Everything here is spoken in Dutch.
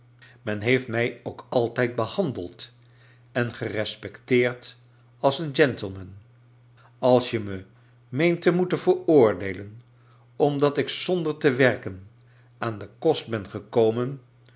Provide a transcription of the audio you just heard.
men heeft mij ook altijd behandeld en gerespecteerd als een gentleman als je me meent te moeten veroordeelen omdat ik zoader te werken aan den kost ben gekomen